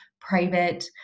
private